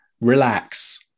relax